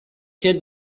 had